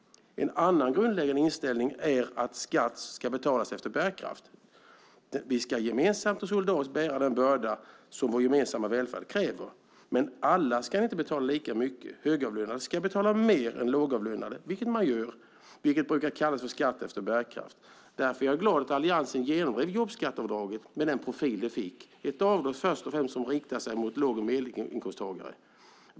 En annan grundläggande inställning är att skatt ska betalas efter bärkraft. Vi ska gemensamt och solidariskt bära den börda som vår gemensamma välfärd kräver. Men alla ska inte betala lika mycket. Högavlönade ska betala mer än lågavlönade, vilket de också gör. Det brukar kallas för skatt efter bärkraft. Därför är jag glad att Alliansen genomdrev jobbskatteavdraget med den profil det fick, ett avdrag först och främst inriktat på låg och medelinkomsttagare.